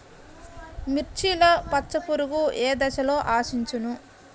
మిర్చిలో పచ్చ పురుగు ఏ దశలో ఆశించును?